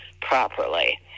properly